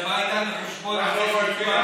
זה משהו אחר.